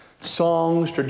Songs